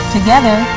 Together